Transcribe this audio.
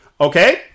Okay